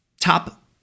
top